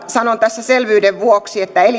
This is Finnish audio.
sanon tässä selvyyden vuoksi että